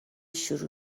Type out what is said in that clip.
شروع